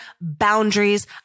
boundaries